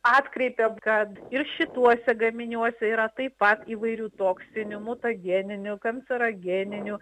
atkreipėm kad ir šituose gaminiuose yra taip pat įvairių toksinių mutageninių kancerogeninių